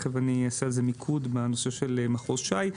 תכף אני אעשה מיקוד בנושא של מחוז ש"י.